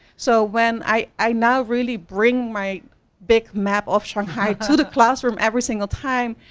so when i, i now really bring my big map of shanghai to the classroom every single time,